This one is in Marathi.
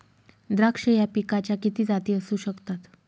द्राक्ष या पिकाच्या किती जाती असू शकतात?